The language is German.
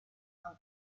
von